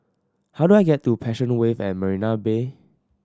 how do I get to Passion Wave at Marina Bay